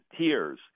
tears